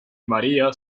maría